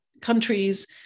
countries